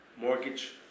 mortgage